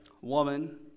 woman